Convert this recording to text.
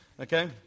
Okay